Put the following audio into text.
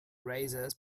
razors